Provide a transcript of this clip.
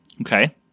Okay